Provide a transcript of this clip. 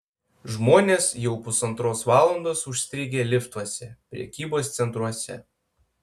žmonės jau pusantros valandos užstrigę liftuose prekybos centruose